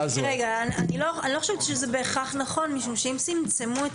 אני לא חושבת שזה בהכרח נכון משום שאם צמצמו את